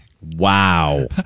Wow